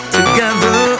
together